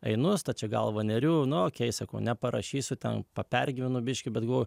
einu stačia galva neriu nu okei sakau neparašysiu ten papergyvenu biškį bet galvoju